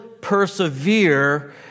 persevere